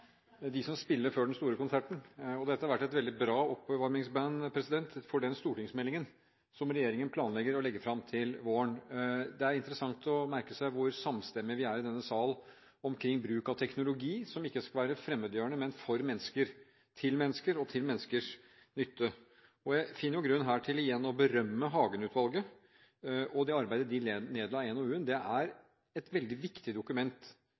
de som spiller før den store konserten. Dette har vært et veldig bra oppvarmingsband for den stortingsmeldingen som regjeringen planlegger å legge fram til våren. Det er interessant å merke seg hvor samstemmige vi er i denne sal om bruk av teknologi som ikke skal være fremmedgjørende, men for mennesker, til mennesker og til menneskers nytte. Jeg finner grunn til igjen å berømme Hagen-utvalget og det arbeidet de nedla i NOU-en. Det er et veldig viktig dokument,